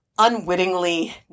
unwittingly